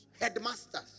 headmasters